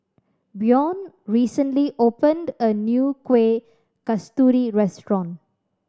Bjorn recently opened a new Kueh Kasturi restaurant